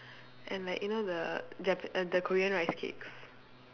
and like you know the jap~ err the korean rice cakes